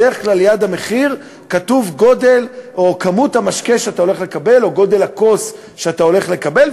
בדרך כלל ליד המחיר כתובים כמות המשקה או גודל הכוס שאתה הולך לקבל,